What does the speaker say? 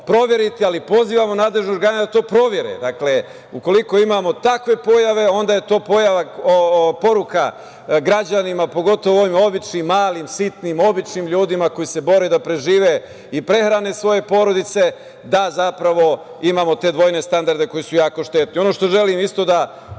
ali pozivamo nadležne organe da to provere. Ukoliko imamo takve pojave, onda je to poruka građanima, pogotovo ovim običnim, malim, sitnim, običnim ljudima koji se bore da prežive i prehrane svoje porodice da zapravo imamo te dvojne standarde koji su jako štetni. Ono što želim isto da